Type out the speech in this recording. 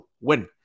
win